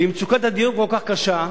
ואם מצוקת הדיור כל כך קשה,